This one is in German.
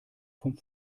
vom